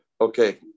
Okay